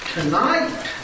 Tonight